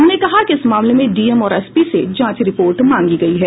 उन्होंने कहा कि इस मामले में डीएम और एसपी से जांच रिपोर्ट मांगी गयी है